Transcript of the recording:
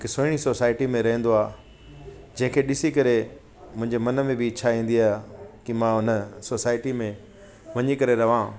हिकु सुहिणी सोसाइटी में रहंदो आहे जेके ॾिसी करे मुंहिंजे मन में बि इच्छा ईंदी आहे की मां उन सोसाइटी में वञी करे रहियां